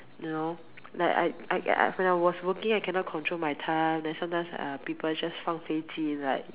you know like I I when I was working I cannot control my time then sometimes uh people just 放飞机 like